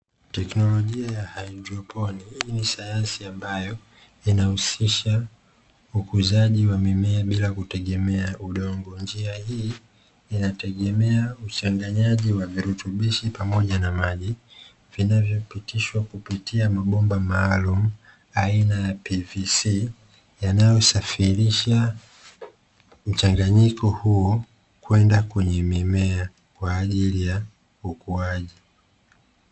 Tekinolojia ya hayidroponi hii ni sayansi ambayo inausisha ukuzaji wa mimea bila kutegemea udongo, njia hii inategemea uchanganyaji wa virutubishi pamoja na maji vinavyopitishwa kupitia mabomba maalumu aina ya (PVC), yanayosafirisha mchanganyiko huo kwenda kwenye mimea kwaajili ya ukuaji.